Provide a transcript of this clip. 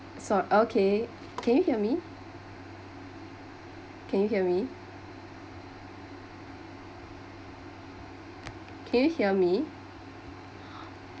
so~ okay can you hear me can you hear me can you hear me